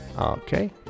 Okay